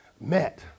met